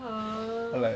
!huh!